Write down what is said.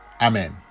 Amen